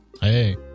Hey